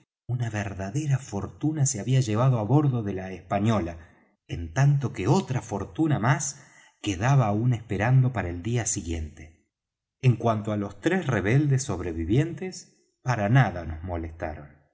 una verdadera fortuna se había llevado á bordo de la española en tanto que otra fortuna más quedaba aún esperando para el día siguiente en cuanto á los tres rebeldes sobrevivientes para nada nos molestaron